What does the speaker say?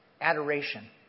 adoration